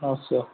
असो